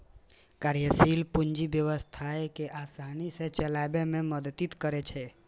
कार्यशील पूंजी व्यवसाय कें आसानी सं चलाबै मे मदति करै छै